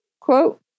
quote